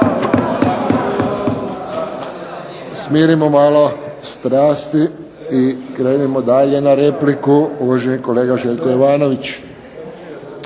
Smirimo malo strasti i krenimo dalje na repliku. Uvaženi kolega Željko Jovanović.